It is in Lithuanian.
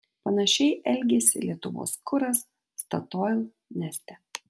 panašiai elgėsi lietuvos kuras statoil neste